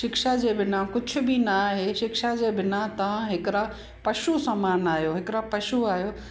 शिक्षा जे बिना कुझु बि न आहे शिक्षा जे बिना तव्हां हिकिड़ा पशु समान आहियो हिकिड़ा पशु आहियो